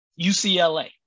ucla